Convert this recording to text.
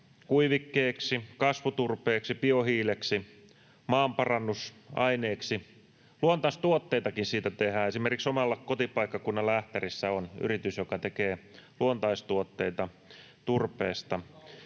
kuivikkeeksi, kasvuturpeeksi, biohiileksi ja maanparannusaineeksi, ja luontaistuotteitakin siitä tehdään. Esimerkiksi omalla kotipaikkakunnallani Ähtärissä on yritys, joka tekee luontaistuotteita turpeesta.